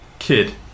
Kid